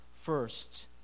first